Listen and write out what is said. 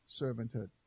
servanthood